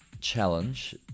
challenge